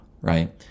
right